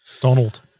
Donald